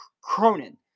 Cronin